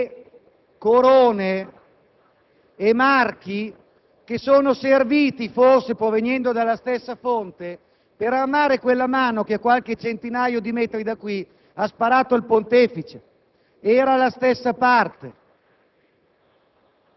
corone e marchi che sono serviti, forse provenendo dalla stessa fonte, per armare quella mano che, qualche centinaio di metri da qui, ha sparato al Pontefice. Era la stessa parte.